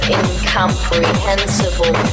incomprehensible